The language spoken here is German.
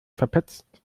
verpetzt